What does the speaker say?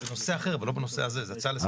אבל זה בנושא אחר, זה לא בנושא הזה, זה הצעה לסדר.